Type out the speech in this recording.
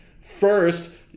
first